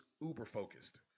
uber-focused